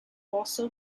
also